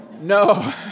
No